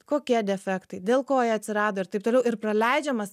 kokie defektai dėl ko jie atsirado ir taip toliau ir praleidžiamas